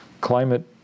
Climate